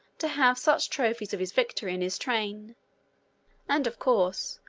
to have such trophies of his victory in his train and, of course,